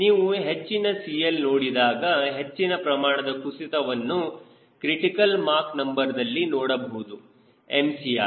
ನೀವು ಹೆಚ್ಚಿನ CL ನೋಡಿದಾಗ ಹೆಚ್ಚಿನ ಪ್ರಮಾಣದ ಕುಸಿತವನ್ನು ಕ್ರಿಟಿಕಲ್ ಮಾಕ್ ನಂಬರ್ ದಲ್ಲಿ ನೋಡಬಹುದು Mcr